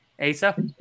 Asa